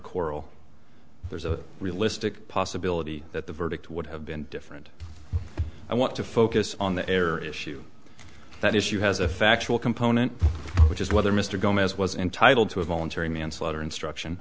coral there's a realistic possibility that the verdict would have been different i want to focus on the error issue that issue has a factual component which is whether mr gomes was entitled to a voluntary manslaughter instruction